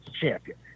champion